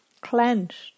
clenched